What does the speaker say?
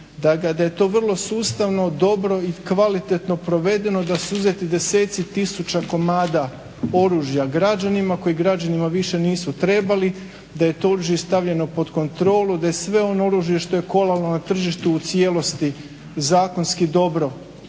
da je to vrlo sustavno, dobro i kvalitetno provedeno, da su uzeti deseci tisuća komada oružja građanima koji građanima više nisu trebali, da je to oružje stavljeno pod kontrolu, da je sve ono oružje što je kolalo na tržištu u cijelosti zakonski dobro